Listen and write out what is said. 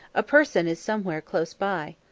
a person is somewhere close by.